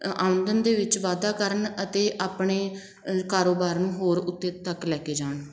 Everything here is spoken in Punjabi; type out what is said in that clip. ਆਮਦਨ ਦੇ ਵਿੱਚ ਦੇ ਵਿੱਚ ਵਾਧਾ ਕਰਨ ਅਤੇ ਆਪਣੇ ਕਾਰੋਬਾਰ ਨੂੰ ਹੋਰ ਉੱਤੇ ਤੱਕ ਲੈ ਕੇ ਜਾਣ